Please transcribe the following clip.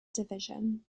division